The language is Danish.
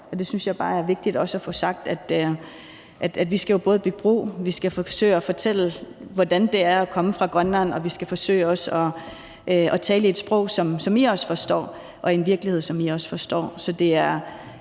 jeg synes jo også bare, det er vigtigt at få sagt, at vi både skal bygge bro, at vi skal forsøge at fortælle, hvordan det er at komme fra Grønland, og at vi skal forsøge at tale i et sprog, som I også forstår, og i en virkelighed, som I også forstår.